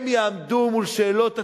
הם יעמדו מול שאלות הציבור.